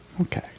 Okay